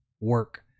work